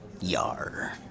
Yar